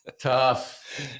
tough